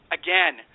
again